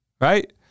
right